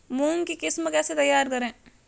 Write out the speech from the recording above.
मूंग की किस्म कैसे तैयार करें?